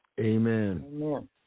Amen